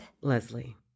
Leslie